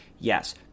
Yes